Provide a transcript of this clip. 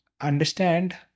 understand